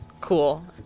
Cool